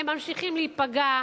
הם ממשיכים להיפגע,